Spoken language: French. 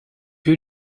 que